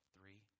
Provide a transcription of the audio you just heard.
Three